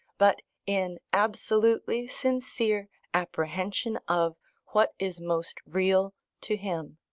but in absolutely sincere apprehension of what is most real to him.